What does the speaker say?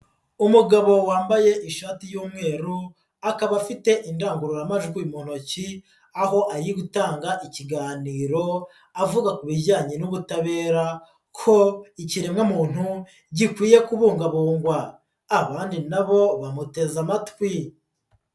Umugabo wambaye ishati y'umweru akaba afite indangururamajwi mu ntoki, aho ari gutanga ikiganiro avuga ku bijyanye n'ubutabera ko ikiremwamuntu gikwiye kubungabungwa. Abandi na bo bamuteze amatwi.